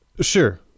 sure